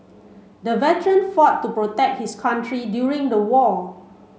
the veteran fought to protect his country during the war